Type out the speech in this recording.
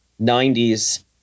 90s